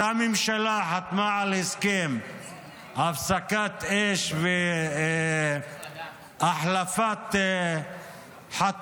אותה ממשלה חתמה על הסכם הפסקת אש והחלפת חטופים